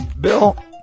Bill